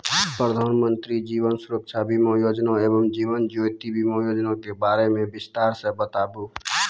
प्रधान मंत्री जीवन सुरक्षा बीमा योजना एवं जीवन ज्योति बीमा योजना के बारे मे बिसतार से बताबू?